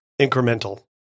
incremental